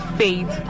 faith